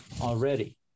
already